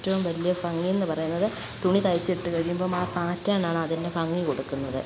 ഏറ്റും വലിയ ഭംഗിയെന്നു പറയുന്നത് തുണി തയ്ച്ചിട്ട് കഴിയുമ്പോൾ ആ പാറ്റേൺ ആണ് അതിനു ഭംഗി കൊടുക്കുന്നത്